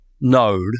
node